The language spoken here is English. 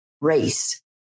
race